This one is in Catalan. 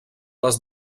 les